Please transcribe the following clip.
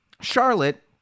Charlotte